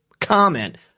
comment